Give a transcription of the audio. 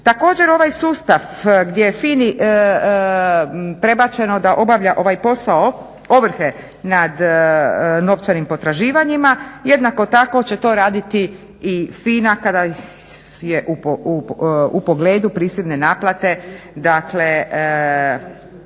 Također ovaj sustav gdje je FINA-i prebačeno da obavlja ovaj posao ovrhe nad novčanim potraživanjima, jednako tako će to raditi i FINA u pogledu prisilne naplate, dakle,